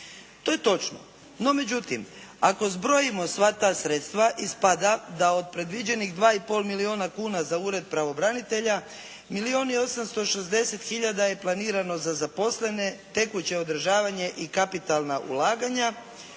To je točno. No međutim, ako zbrojimo sva ta sredstva ispada da od predviđenih 2 i pol milijuna kuna za Ured pravobranitelja, milijun i 860 hiljada je planirano za zaposlene, tekuće održavanje i kapitalna ulaganja,